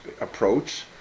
approach